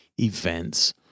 events